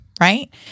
right